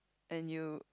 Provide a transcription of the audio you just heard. and you